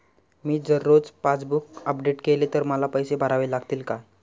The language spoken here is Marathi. मी जर रोज पासबूक अपडेट केले तर मला पैसे भरावे लागतील का?